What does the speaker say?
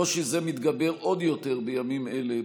קושי זה מתגבר עוד יותר בימים אלה,